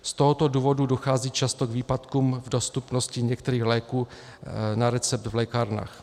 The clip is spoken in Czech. Z tohoto důvodu dochází často k výpadkům v dostupnosti některých léků na recept v lékárnách.